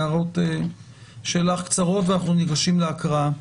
הערות שלך קצרות ואנחנו נגשים להקראה.